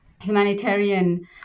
humanitarian